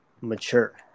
mature